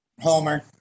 Homer